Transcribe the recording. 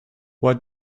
what